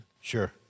Sure